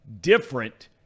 different